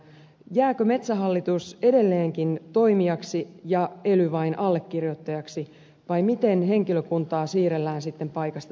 jääkö metsähallitus edelleenkin toimijaksi ja ely vain allekirjoittajaksi vai miten henkilökuntaa sitten siirrellään paikasta toiseen